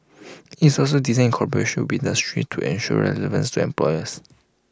it's also designed collaboration should be industry to ensure relevance to employers